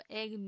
Egg